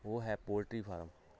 ਉਹ ਹੈ poultry farm